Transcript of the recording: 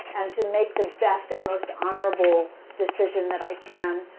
and to make the best and most honorable decision that i can,